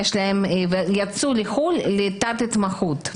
הם יצאו לחו"ל לתת התמחות,